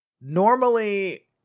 Normally